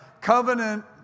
covenant